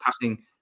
passing